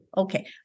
Okay